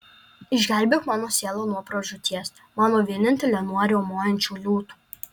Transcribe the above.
išgelbėk mano sielą nuo pražūties mano vienintelę nuo riaumojančių liūtų